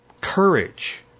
Courage